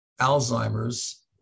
Alzheimer's